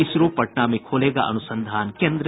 इसरो पटना में खोलेगा अनुसंधान केंद्र